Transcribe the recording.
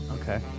Okay